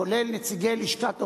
כולל נציגי לשכת עורכי-הדין,